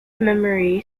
memory